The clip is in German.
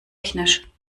technisch